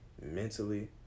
Mentally